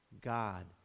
God